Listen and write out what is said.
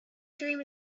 dream